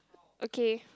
okay